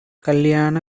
கல்யாண